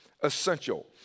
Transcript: essential